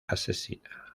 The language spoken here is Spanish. asesina